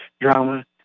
drama